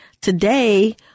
Today